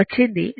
వచ్చింది 𝛅18